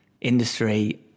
industry